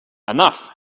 enough